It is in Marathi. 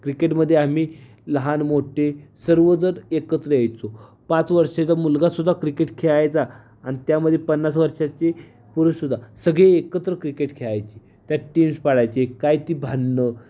क्रिकेटमध्ये आम्ही लहान मोठे सर्व जर एकत्र यायचो पाच वर्षाचा मुलगासुद्धा क्रिकेट खेळायचा आणि त्यामध्ये पन्नास वर्षाची पुरुषसुद्धा सगळे एकत्र क्रिकेट खेळायची त्यात टीम्स पाडायचे काय ती भांडणं